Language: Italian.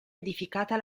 edificata